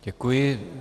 Děkuji.